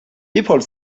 people